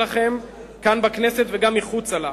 זאת ההגדרה להתנהלות שלכם כאן בכנסת וגם מחוץ לה.